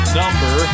number